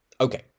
Okay